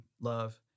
love